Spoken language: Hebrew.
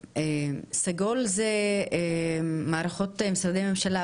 סגול זה מערכות משרדי הממשלה,